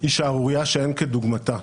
היא שערורייה שאין כדוגמתה.